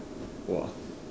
!wah!